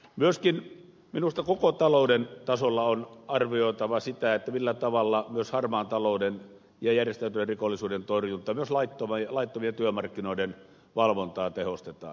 myöskin minusta koko talouden tasolla on arvioitava sitä millä tavalla harmaan talouden ja järjestäytyneen rikollisuuden torjuntaa ja myös laittomien työmarkkinoiden valvontaa tehostetaan